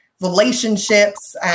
relationships